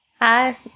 Hi